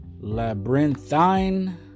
labyrinthine